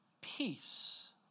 peace